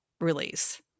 release